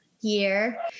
year